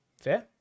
Fair